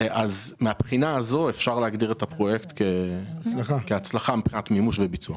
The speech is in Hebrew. אז מהבחינה הזו אפשר להגדיר את הפרויקט כהצלחה מבחינת מימוש וביצוע.